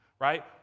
right